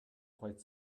quite